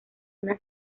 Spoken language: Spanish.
una